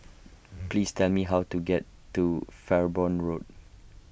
please tell me how to get to Farnborough Road